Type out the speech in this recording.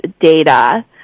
data